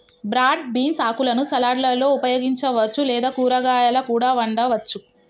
broad beans ఆకులను సలాడ్లలో ఉపయోగించవచ్చు లేదా కూరగాయాలా కూడా వండవచ్చు